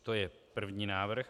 To je první návrh.